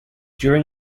during